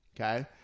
Okay